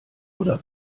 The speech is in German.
oder